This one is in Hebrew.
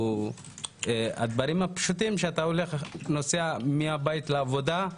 הדברים הפשוטים שאתה נוסע מהבית לעבודה.